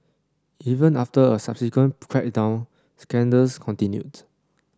even after a subsequent crackdown scandals continued